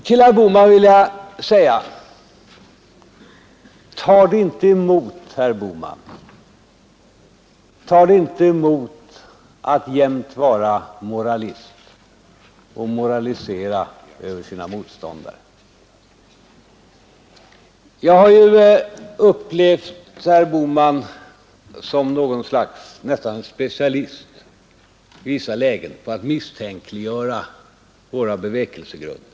Till herr Bohman vill jag säga: Tar det inte emot att jämt vara moralist och moralisera över sina motståndare? Jag har i vissa lägen upplevt herr Bohman som en något slags specialist på att misstänkliggöra våra bevekelsegrunder.